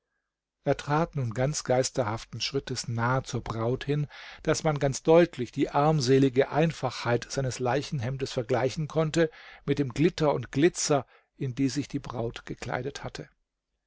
er trat nun ganz geisterhaften schrittes nah zur braut hin daß man ganz deutlich die armselige einfachheit seines leichenhemdes vergleichen konnte mit dem glitter und glitzer in die sich die braut gekleidet hatte